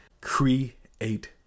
create